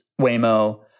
Waymo